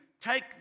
take